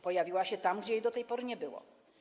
Pojawiła się tam, gdzie jej do tej pory nie było.